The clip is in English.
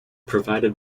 provided